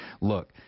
Look